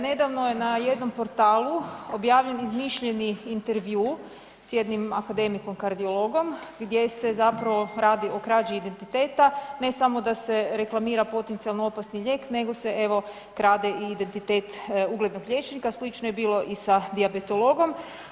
Nedavno je na jednom portalu objavljen izmišljeni intervju s jednim akademikom kardiologom gdje se zapravo radi o krađi identiteta, ne samo da se reklamira potencijalno opasni lijek nego se evo krade i identitet uglednog liječnika, slično je bilo i sa dijabetologom.